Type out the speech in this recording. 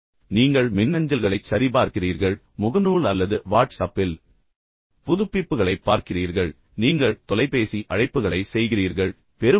அல்லது நீங்கள் மின்னஞ்சல்களைச் சரிபார்க்கிறீர்கள் அல்லது முகநூல் அல்லது வாட்ஸ்அப்பில் புதுப்பிப்புகளைப் பார்க்கிறீர்கள் அல்லது நீங்கள் தொலைபேசி அழைப்புகளை செய்கிறீர்கள் நீங்கள் எழுந்தவுடன் என்ன செய்கிறீர்கள்